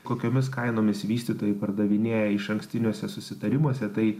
kokiomis kainomis vystytojai pardavinėja išankstiniuose susitarimuose tai